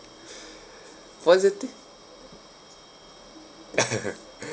positive